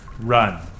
run